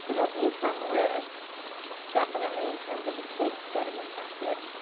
so there'll be some risk definitely in terms of the kids getting infected.